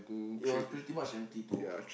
it was pretty much empty too